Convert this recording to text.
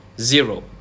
Zero